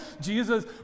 Jesus